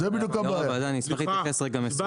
אני אשמח רגע להתייחס --- בבקשה,